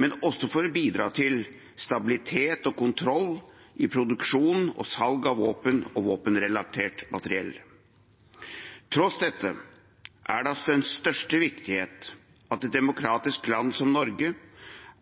men også for å bidra til stabilitet og kontroll i produksjon og salg av våpen og våpenrelatert materiell. Tross dette er det av den største viktighet at et demokratisk land som Norge